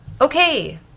okay